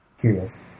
Curious